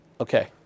Okay